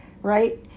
right